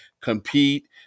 compete